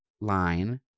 line